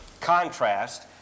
contrast